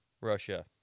Russia